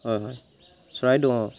হয় হয় চৰাইদেউ অঁ